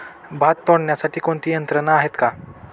भात तोडण्यासाठी कोणती यंत्रणा आहेत का?